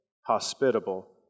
hospitable